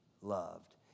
loved